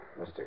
Mr